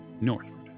northward